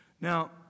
Now